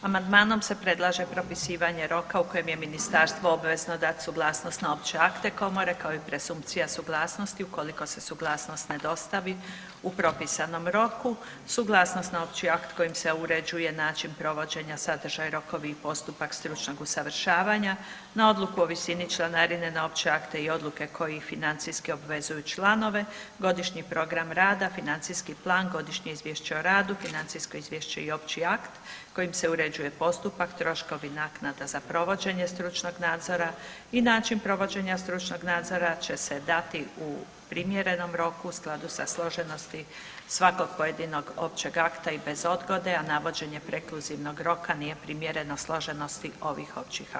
Amandman se predlaže propisivanje roka u kojem je Ministarstvo obvezno dati suglasnost na opće akte Komore, kao i presumpcija suglasnosti, ukoliko se suglasnost ne dostavi u propisanom roku, suglasnost na opći akt kojim se uređuje način provođenja, sadržaj, rokovi i postupak stručnog usavršavanja, na odluku o visini članarine, na opće akte i odluke koji ih financijski obvezuju članove, godišnji program rada, financijski plan, godišnje izvješće o radu, financijsko izvješće i opći akt kojim se uređuje postupak, troškovi, naknada za provođenje stručnog nadzora i način provođenja stručnog nadzora će se dati u primjerenom roku u skladu sa složenosti svakog pojedinog općeg akta i bez odgode, a navođenje prekluzivnog roka nije primjereno složenosti ovih općih akata.